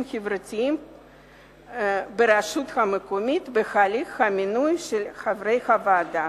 החברתיים ברשות המקומית בהליך המינוי של חברי הוועדה.